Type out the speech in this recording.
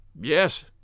Yes